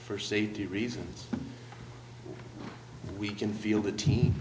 for safety reasons we can feel the team